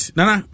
Nana